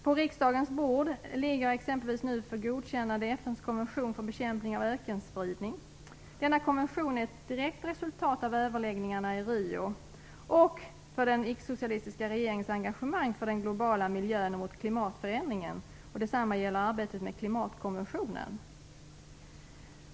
På riksdagens bord ligger nu exempelvis för godkännande FN:s konvention för bekämpning av ökenspridning. Denna konvention är ett direkt resultat av överläggningarna i Rio och av den ickesocialistiska regeringens engagemang för den globala miljön och mot klimatförändringen. Det samma gäller arbetet med klimatkonventionen.